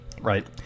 right